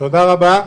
תודה רבה.